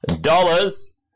dollars